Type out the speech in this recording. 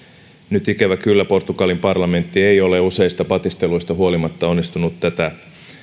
nyt ikävä kyllä portugalin parlamentti ei ole useista patisteluista huolimatta onnistunut tätä